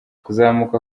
kuzamuka